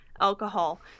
alcohol